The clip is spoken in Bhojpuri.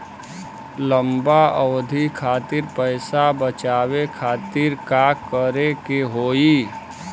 लंबा अवधि खातिर पैसा बचावे खातिर का करे के होयी?